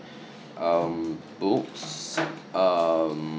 um books um